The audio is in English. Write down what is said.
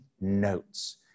notes